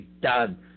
done